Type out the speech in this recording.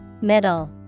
Middle